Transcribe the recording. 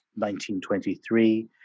1923